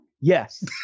Yes